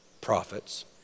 prophets